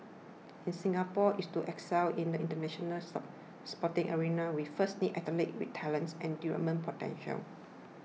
if Singapore is to excel in the international sporting arena we first need athletes with talent and development potential